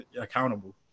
accountable